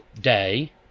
day